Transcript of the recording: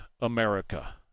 America